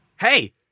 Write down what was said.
Hey